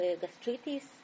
gastritis